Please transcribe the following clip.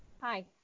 Hi